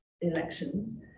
elections